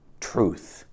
truth